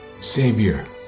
Savior